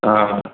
हा